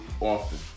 often